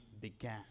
began